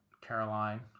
caroline